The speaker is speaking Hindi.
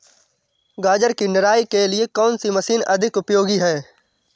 गाजर की निराई के लिए कौन सी मशीन अधिक उपयोगी है?